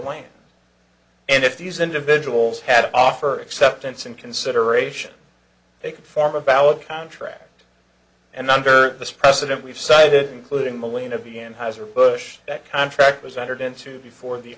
land and if these individuals had offered acceptance and consideration they could form a valid contract and under this president we've cited including molina b n hisor bush that contract was entered into before the